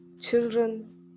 children